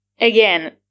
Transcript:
Again